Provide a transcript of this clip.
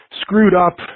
screwed-up